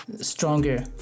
stronger